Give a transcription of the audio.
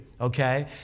Okay